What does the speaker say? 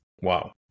Wow